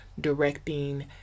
directing